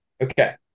Okay